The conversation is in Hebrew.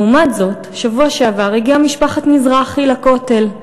לעומת זאת, בשבוע שעבר הגיעה משפחת מזרחי לכותל.